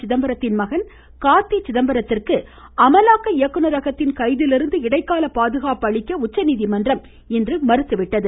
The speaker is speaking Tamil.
சிதம்பரத்தின் மகன் கார்த்தி சிதம்பரத்திற்கு அமலாக்க இயக்குநரகத்தின் கைதிலிருந்து இடைக்கால பாதுகாப்பு அளிக்க உச்சநீதிமன்றம் இன்று மறுத்துவிட்டது